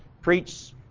Preach